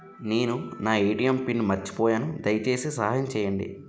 నేను నా ATM pin మర్చిపోయాను, దయచేసి సహాయం చేయండి